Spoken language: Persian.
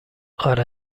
آره